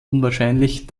unwahrscheinlich